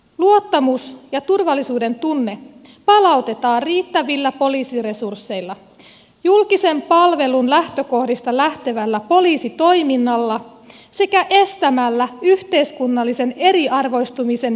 luottamus ja turvallisuudentunne palautetaan riittävillä poliisiresursseilla julkisen palvelun lähtökohdista lähtevällä poliisitoiminnalla sekä estämällä yhteiskunnallisen eriarvoistumisen jatkuminen